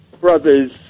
brother's